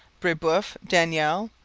brebeuf, daniel,